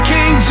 King